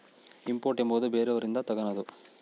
import ಎಂಬುವುದು ಬೇರೆಯವರಿಂದ ತಗನದು